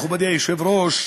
מכובדי היושב-ראש,